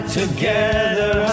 together